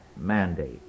mandate